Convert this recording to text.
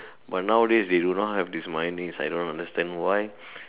but now a days they do not have this mayonnaise I do not understand why